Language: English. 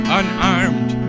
unarmed